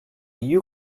you